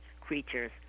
creatures